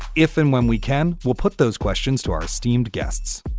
if and when we can, we'll put those questions to our esteemed guests